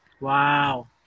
Wow